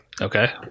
Okay